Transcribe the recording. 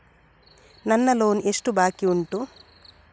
ನನ್ನ ಲೋನ್ ಎಷ್ಟು ಬಾಕಿ ಉಂಟು?